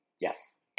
yes